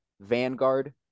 Vanguard